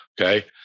okay